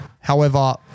However-